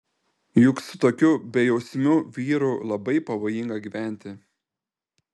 juk su tokiu bejausmiu vyru labai pavojinga gyventi